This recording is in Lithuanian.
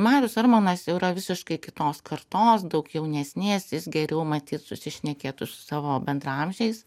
marius armonas yra visiškai kitos kartos daug jaunesnės jis geriau matyt susišnekėtų su savo bendraamžiais